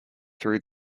through